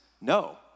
No